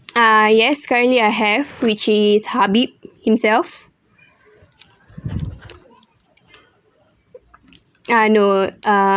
ah yes currently I have which is habib himself ah no uh